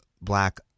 Black